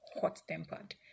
hot-tempered